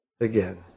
again